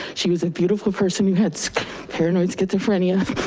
she was a beautiful person who had so paranoid schizophrenia.